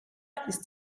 ist